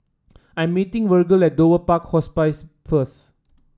I'm meeting Virgle at Dover Park Hospice first